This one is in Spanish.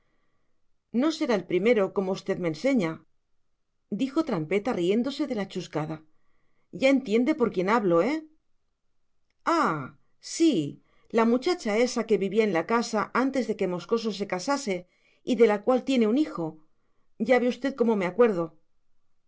no será el primero como usted me enseña dijo trampeta riéndose de la chuscada ya entiende por quién hablo eh ah sí la muchacha ésa que vivía en la casa antes de que moscoso se casase y de la cual tiene un hijo ya ve usted cómo me acuerdo